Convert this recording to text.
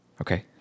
Okay